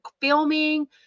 filming